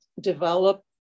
develop